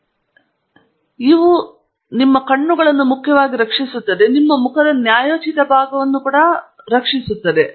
ಆದ್ದರಿಂದ ಇವುಗಳು ನೀವು ಬಳಸಬಹುದಾದ ಕೆಲವು ವಿಭಿನ್ನ ರೀತಿಯ ಸುರಕ್ಷತಾ ಸಾಧನಗಳಾಗಿವೆ ಇದು ನಿಮ್ಮ ಕಣ್ಣುಗಳನ್ನು ಮುಖ್ಯವಾಗಿ ರಕ್ಷಿಸುತ್ತದೆ ಆದರೆ ನಿಮ್ಮ ಮುಖದ ನ್ಯಾಯೋಚಿತ ಭಾಗವನ್ನು ಕೂಡಾ ಒಳಗೊಂಡಿರುತ್ತದೆ